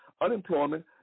unemployment